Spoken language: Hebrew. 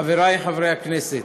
חברי חברי הכנסת,